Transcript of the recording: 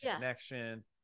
connection